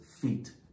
feet